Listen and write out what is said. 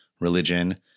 religion